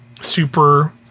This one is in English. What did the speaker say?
super